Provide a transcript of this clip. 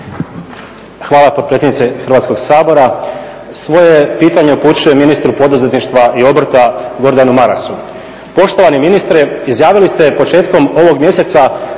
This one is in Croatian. Hvala potpredsjednice Hrvatskog sabora. Svoje pitanje upućujem ministru poduzetništva i obrta Gordanu Marasu. Poštovani ministre, izjavili ste početkom ovog mjeseca